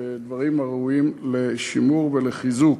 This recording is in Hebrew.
דברים הראויים לשימור ולחיזוק.